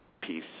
Peace